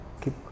keep